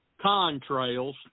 contrails